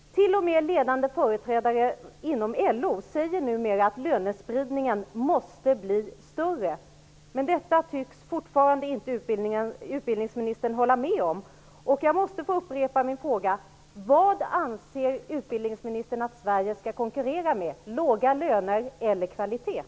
T.o.m. ledande företrädare inom LO säger numera att lönespridningen måste bli större. Detta tycks inte utbildningsministern hålla med om. Jag måste få upprepa min fråga: Vad anser utbildningsministern att Sverige skall konkurrera med, låga löner eller kvalitet?